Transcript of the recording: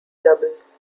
doubles